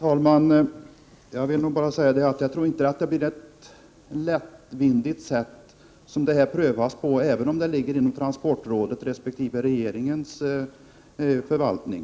Herr talman! En sak blir inte prövad på ett lättvindigt sätt om den prövas inom transportrådets resp. regeringens förvaltning.